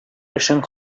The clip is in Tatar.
эшең